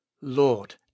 Lord